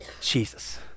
Jesus